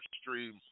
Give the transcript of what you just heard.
stream